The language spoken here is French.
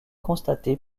constatée